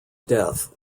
death